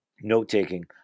note-taking